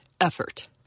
effort